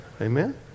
Amen